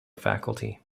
faculty